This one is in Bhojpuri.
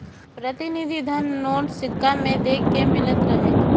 प्रतिनिधि धन नोट, सिक्का में देखे के मिलत रहे